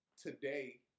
today